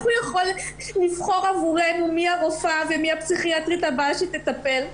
איך הוא יכול לבחור עבורנו מי הרופאה ומי הפסיכיאטרית הבאה שתטפל?